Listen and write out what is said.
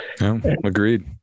Agreed